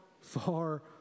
far